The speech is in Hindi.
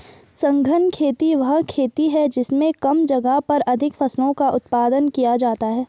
सघन खेती वह खेती है जिसमें कम जगह पर अधिक फसलों का उत्पादन किया जाता है